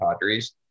Padres